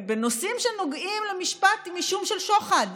בנושאים שנוגעים למשפט עם אישום של שוחד,